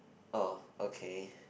oh okay